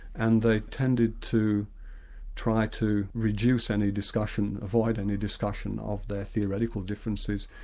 and they tended to try to reduce any discussion, avoid any discussion of their theoretical differences,